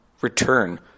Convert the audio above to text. return